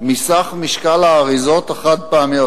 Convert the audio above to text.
מסך משקל האריזות החד-פעמיות,